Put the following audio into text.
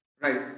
Right